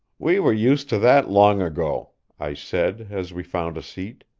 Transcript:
we were used to that long ago, i said, as we found a seat.